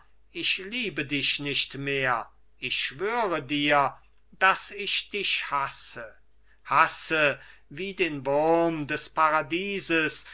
ich liebe dich nicht mehr ich schwöre dir daß ich dich hasse hasse wie den wurm des paradieses